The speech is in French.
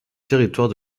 territoire